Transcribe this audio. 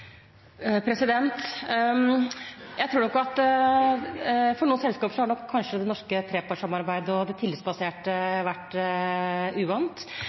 Jeg tror kanskje at det norske trepartssamarbeidet og det tillitsbaserte systemet har vært uvant for noen selskaper,